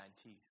teeth